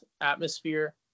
atmosphere